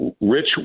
Rich